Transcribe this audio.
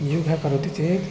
योगं करोति चेत्